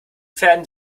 pferden